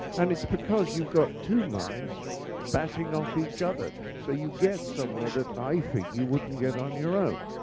and it's because you've got two minds batting off each other. so you get somewhere that i think you wouldn't get on your own.